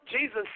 Jesus